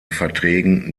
verträgen